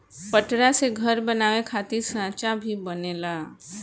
पटरा से घर बनावे खातिर सांचा भी बनेला